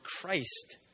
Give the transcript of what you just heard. Christ